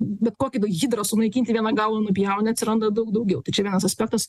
bet kokį hidrą sunaikinti vieną galvą nupjauni atsiranda daug daugiau tai čia vienas aspektas